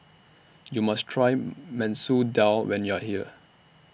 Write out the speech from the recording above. YOU must Try Masoor Dal when YOU Are here